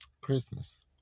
Christmas